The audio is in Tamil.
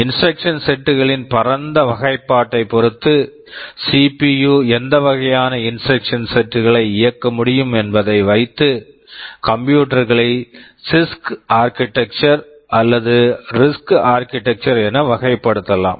இன்ஸ்ட்ரக்சன் செட்ஸ் instruction sets களின் பரந்த வகைப்பாட்டைப் பொறுத்து சிபியு CPUஎந்த வகையான இன்ஸ்ட்ரக்சன் செட்ஸ் instruction sets களை இயக்க முடியும் என்பதை வைத்து கம்ப்யூட்டர் computer களை சிஸ்க் ஆர்க்கிடெக்சர் CISC architecture அல்லது ரிஸ்க் ஆர்க்கிடெக்சர் RISC architecture என வகைப்படுத்தலாம்